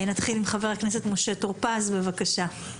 נתחיל עם חבר הכנסת משה טור-פז, בבקשה.